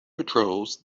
patrols